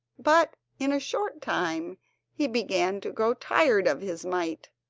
but in a short time he began to grow tired of his might,